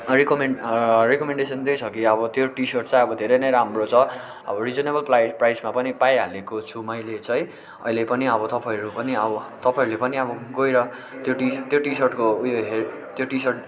recommend recommendation त्यही छ कि अब त्यो टी सर्ट चाहिँ अब धेरै नै राम्रो छ अब रिजनेबल प्लाई प्राइसमा पनि पाइहालेको छु मैले चाहिँ अहिले पनि अब तपाईँहरू पनि अब तपाईँहरूले पनि अब गएर त्यो टी त्यो टी सर्टको उयो हेर्नु त्यो टी सर्ट